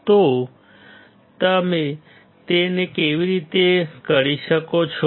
તો તમે તે કેવી રીતે કરી શકો છો